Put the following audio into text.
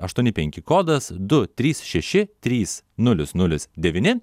aštuoni penki kodas du trys šeši trys nulis nulis devyni